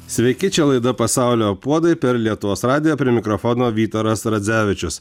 sveiki čia laida pasaulio puodai per lietuvos radiją prie mikrofono vytaras radzevičius